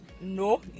No